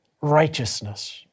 righteousness